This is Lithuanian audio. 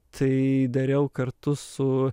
tai dariau kartu su